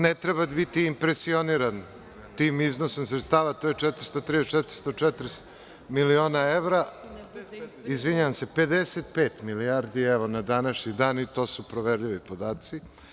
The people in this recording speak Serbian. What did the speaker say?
Ne treba biti impresioniran tim iznosom sredstava, to je 430, 440 miliona evra, izvinjavam se, 55 milijardi, evo na današnji dan i to su proverljivi podaci.